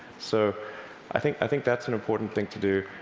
so i think i think that's an important thing to do,